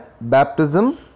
baptism